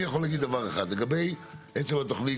אני יכול להגיד דבר אחד: לגבי עצם התכנית,